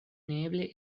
neeble